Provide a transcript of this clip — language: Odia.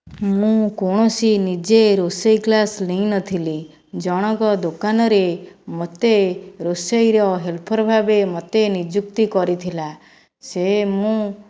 ମୁଁ କୌଣସି ନିଜେ ରୋଷେଇ କ୍ଳାସ୍ ନେଇନଥିଲି ଜଣଙ୍କ ଦୋକାନରେ ମୋତେ ରୋଷେଇର ହେଲ୍ପର୍ ଭାବେ ମୋତେ ନିଯୁକ୍ତି କରିଥିଲା ସେ ମୁଁ